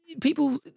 People